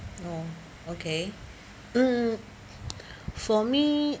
oh okay mm for me